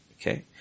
Okay